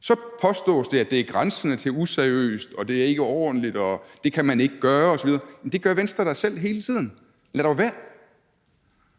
Så påstås det, at det er grænsende til useriøst, at det ikke er ordentligt, og at det kan man ikke gøre osv. Jamen det gør Venstre da selv hele tiden. Lad dog være!